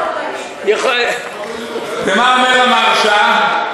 ומה אומר המהרש"א?